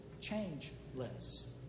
changeless